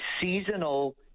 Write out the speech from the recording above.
seasonal